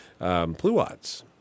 Pluots